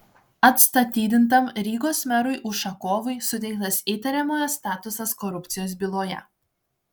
atstatydintam rygos merui ušakovui suteiktas įtariamojo statusas korupcijos byloje